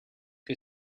que